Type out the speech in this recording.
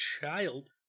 child